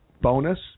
bonus